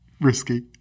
Risky